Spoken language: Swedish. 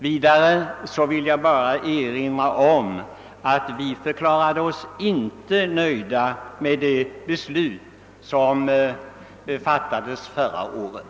Vidare vill jag erinra om att vi re servanter förklarade oss icke nöjda med det beslut som fattades förra året.